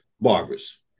barbers